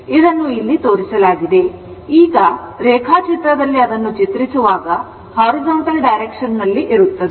ಇದನ್ನು ಇಲ್ಲಿ ತೋರಿಸಲಾಗಿದೆ ಈಗ ರೇಖಾಚಿತ್ರದಲ್ಲಿ ಅದನ್ನು ಚಿತ್ರಿಸುವಾಗ horizontal direction ನಲ್ಲಿ ಇರುತ್ತದೆ